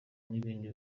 n’ibindi